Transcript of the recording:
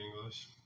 English